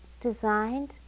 designed